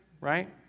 right